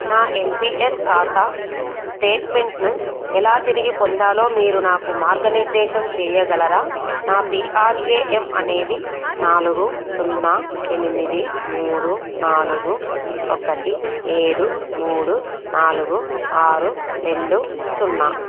నా N P S ఖాతా స్టేట్మెంట్ను ఎలా తిరిగి పొందాలో మీరు నాకు మార్గనిర్దేశం చేయగలరా నా పీ ఆర్ ఏ ఎమ్ అనేది నాలుగు సున్నా ఎనిమిది మూడు నాలుగు ఒకటి ఏడు మూడు నాలుగు ఆరు రెండు సున్నా